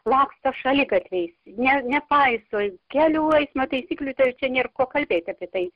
laksto šaligatviais ne nepaiso ir kelių eismo taisyklių tai čia nėr ko kalbėt apie